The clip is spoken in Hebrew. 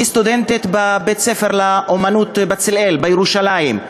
היא סטודנטית בבית-ספר לאמנות "בצלאל" בירושלים.